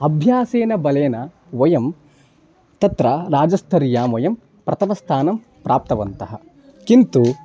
अभ्यासेन बलेन वयं तत्र राज्यस्तरे वयं प्रथमस्थानं प्राप्तवन्तः किन्तु